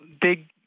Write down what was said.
big